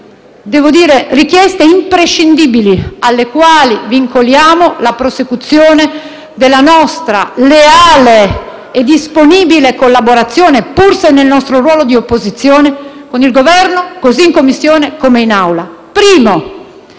sono le richieste imprescindibili alle quali vincoliamo la prosecuzione della nostra leale e disponibile collaborazione, pur se nel nostro ruolo di opposizione, con il Governo, così in Commissione come in Assemblea.